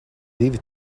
divi